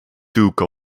duke